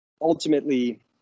ultimately